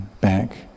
back